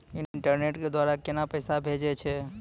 Internet के द्वारा केना पैसा भेजय छै?